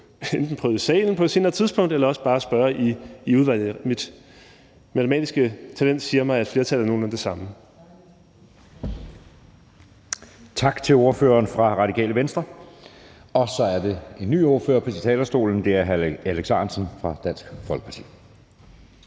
så få prøvet i salen på et senere tidspunkt eller også bare spørge i udvalget. Mit matematiske talent siger mig, at flertallet er nogenlunde det samme. Kl. 16:19 Anden næstformand (Jeppe Søe): Tak til ordføreren for Radikale Venstre. Så er det en ny ordfører på talerstolen. Det er hr. Alex Ahrendtsen fra Dansk Folkeparti.